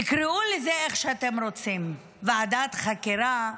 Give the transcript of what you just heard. תקראו לזה איך שאתם רוצים, ועדת חקירה,